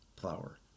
Flour